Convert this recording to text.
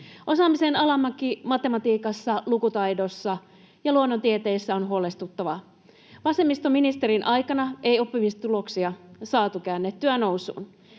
Osaamisen alamäki matematiikassa, lukutaidossa ja luonnontieteissä on huolestuttavaa. Vasemmistoministerin aikana ei oppimistuloksia saatu käännettyä nousuun.